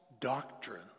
doctrine